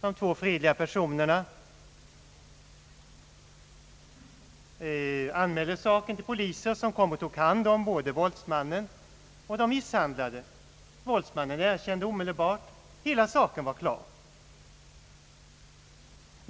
De två fredliga personerna anmälde saken till polisen, som kom och tog hand om både våldsmannen och de misshandlade. Våldsmannen erkände omedelbart. Hela saken var klar.